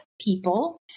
people